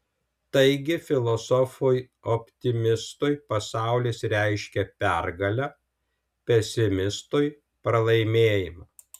taigi filosofui optimistui pasaulis reiškia pergalę pesimistui pralaimėjimą